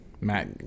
Matt